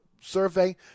survey